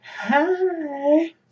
Hi